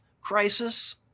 crisis